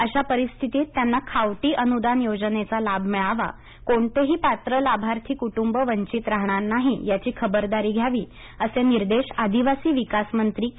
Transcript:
अशा परिस्थितीत त्यांना खावटी अनुदान योजनेचा लाभ मिळावा कोणतेही पात्र लाभार्थी कुटुंब वंचित राहणार नाही याची खबरदारी घ्यावी असे निर्देश आदिवासी विकास मंत्री के